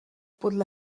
podle